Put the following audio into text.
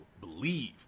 believe